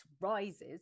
rises